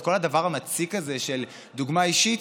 את כל הדבר המציק הזה של דוגמה אישית,